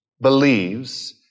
believes